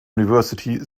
university